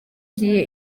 ngiye